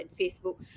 Facebook